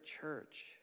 church